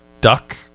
duck